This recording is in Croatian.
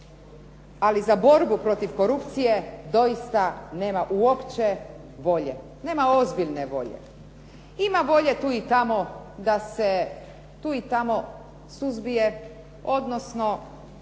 ali za borbu protiv korupcije doista nema uopće volje, nema ozbiljne volje. Ima volje tu i tamo da se tu i tamo suzbije odnosno